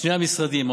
שני המשרדים,